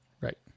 right